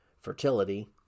fertility